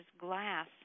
glass